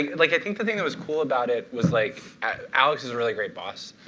like i think the thing that was cool about it was like alex is a really great boss,